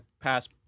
pass